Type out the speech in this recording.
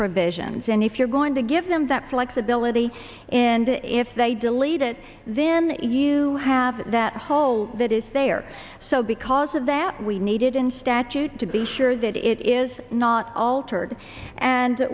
provisions and if you're going to give them that flexibility and if they delete it then you have that hole that is there so because of that we needed in statute to be sure that it is not altered and